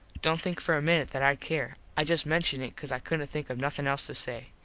dont think for a minit that i care. i just menshun it cause i couldnt think of nothin else to say.